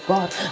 God